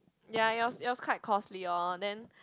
ya it was it was quite costly lor then